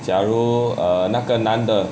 假如 err 那个男的